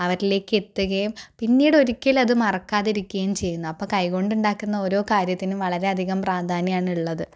അവരിലേക്ക് എത്തുകയും പിന്നീട് ഒരിക്കലും അത് മറക്കാതിരിക്കുകയും ചെയ്യുന്നു അപ്പം കൈ കൊണ്ട് ഉണ്ടാക്കുന്ന ഓരോ കാര്യത്തിനും വളരെയധികം പ്രാധാന്യമാണ് ഉള്ളത്